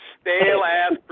stale-ass